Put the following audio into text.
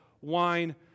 wine